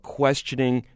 questioning